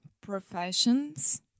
professions